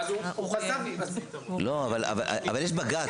ואז הוא חזר --- אבל יש בג"ץ,